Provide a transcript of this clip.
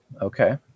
Okay